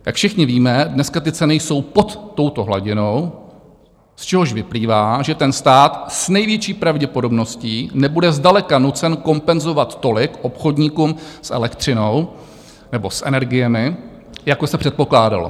Jak všichni víme, dneska ty ceny jsou pod touto hladinou, z čehož vyplývá, že stát s největší pravděpodobností nebude zdaleka nucen kompenzovat tolik obchodníkům s elektřinou nebo s energiemi, jako se předpokládalo.